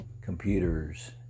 computers